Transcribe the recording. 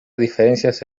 diferencias